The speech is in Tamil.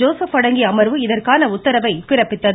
ஜோசப் அடங்கிய அமர்வு இதற்கான உத்தரவை பிறப்பித்தது